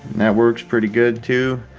that works pretty good too.